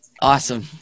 Awesome